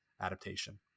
adaptation